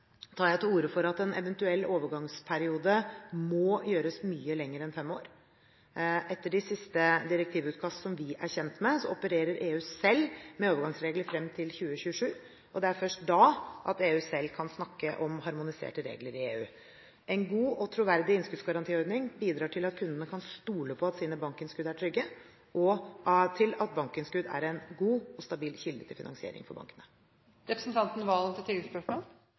tar jeg til orde for at en eventuell overgangsperiode må gjøres mye lengre enn fem år. Etter de siste direktivutkast som vi er kjent med, opererer EU selv med overgangsregler frem til 2027. Det er først da at EU selv kan snakke om harmoniserte regler i EU. En god og troverdig innskuddsgarantiordning bidrar til at kundene kan stole på at sine bankinnskudd er trygge, og til at bankinnskudd er en god og stabil kilde til finansering for bankene.